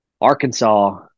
Arkansas